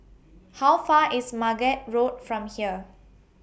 How Far IS Margate Road from here